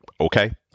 okay